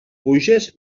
puges